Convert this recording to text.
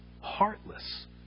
heartless